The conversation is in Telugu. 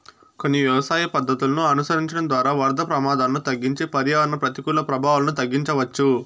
కొన్ని వ్యవసాయ పద్ధతులను అనుసరించడం ద్వారా వరద ప్రమాదాలను తగ్గించి పర్యావరణ ప్రతికూల ప్రభావాలను తగ్గించవచ్చు